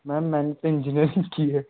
ma'am मैंने तो engineering की है